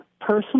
personal